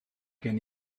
gen